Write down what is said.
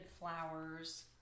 flowers